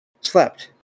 slept